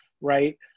right